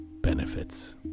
benefits